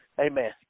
Amen